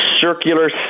circular